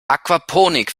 aquaponik